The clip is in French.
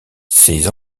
ces